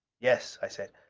yes, i said.